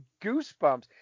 goosebumps